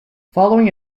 following